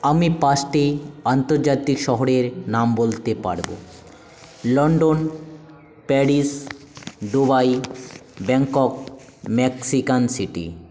আমি পাঁচটি আন্তর্জাতিক শহরের নাম বলতে পারবো London Paris Dubai Bangkok Mexican city